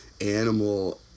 animal